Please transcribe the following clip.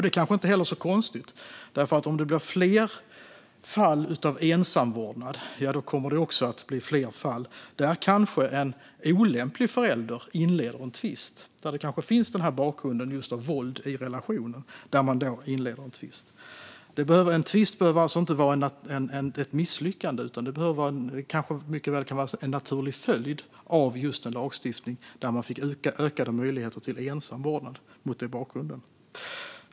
Det kanske inte är så konstigt, för om det blir fler fall av ensam vårdnad kommer det också att bli fler fall där kanske en olämplig förälder inleder en tvist - fall där det kanske finns en bakgrund just av våld i relationen. En tvist behöver alltså inte vara ett misslyckande, utan det kan mycket väl vara en naturlig följd av en lagstiftning där man mot den bakgrunden fick ökade möjligheter till ensam vårdnad.